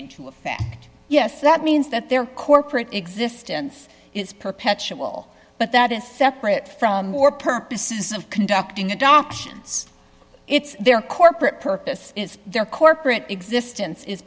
into effect yes that means that their corporate existence is perpetual but that is separate from more purposes of conducting adoptions it's their corporate purpose their corporate existence is